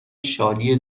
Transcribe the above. شادی